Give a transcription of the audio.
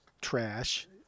Trash